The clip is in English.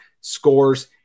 Scores